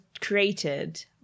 created